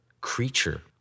creature